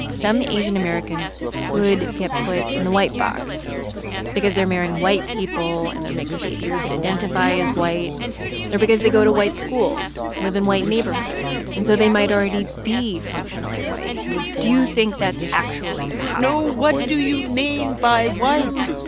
some asian americans could get put in the white box because they're marrying white people, and their mixed babies could identify as white or because they go to white schools, live in white neighborhoods, and so they might already be functionally white do you think that's actually possible? no. what do you mean by white?